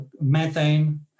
methane